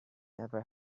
never